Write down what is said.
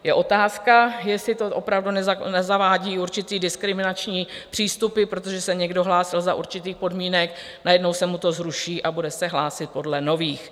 Je otázka, jestli to opravdu nezavádí určité diskriminační přístupy, protože se někdo hlásil za určitých podmínek, najednou se mu to zruší a bude se hlásit podle nových.